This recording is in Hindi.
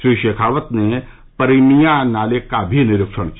श्री शेखावत ने परिमया नाले का भी निरीक्षण किया